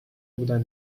بودن